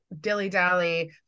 dilly-dally